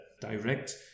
direct